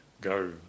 Go